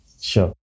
Sure